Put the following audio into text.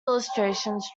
illustrations